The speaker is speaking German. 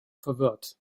verwirrt